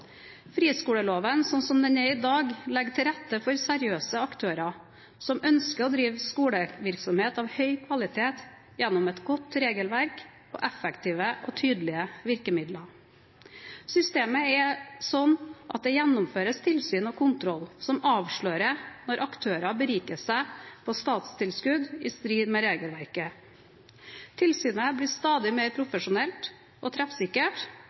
Friskoleloven, slik den er i dag, legger til rette for seriøse aktører som ønsker å drive skolevirksomhet av høy kvalitet, gjennom et godt regelverk og effektive og tydelige virkemidler. Systemet er slik at det gjennomføres tilsyn og kontroll som avslører når aktører beriker seg på statstilskudd, i strid med regelverket. Tilsynet blir stadig mer profesjonelt og treffsikkert,